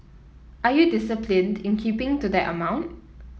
are you disciplined in keeping to that amount